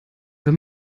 wenn